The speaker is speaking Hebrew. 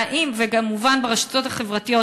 וגם הובן ברשתות החברתיות,